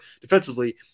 defensively –